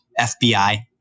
FBI